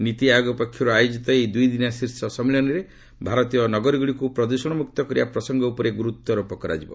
ନୀତିଆୟୋଗ ପକ୍ଷରୁ ଆୟୋଜିତ ଏହି ଦୁଇଦିନିଆ ଶୀର୍ଷ ସମ୍ମିଳନୀରେ ଭାରତୀୟ ନଗରୀଗୁଡ଼ିକୁ ପ୍ରଦ୍ଷଣମୁକ୍ତ କରିବା ପ୍ରସଙ୍ଗ ଉପରେ ଗୁରୁତ୍ୱାରୋପ କରାଯିବ